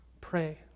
pray